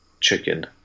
chicken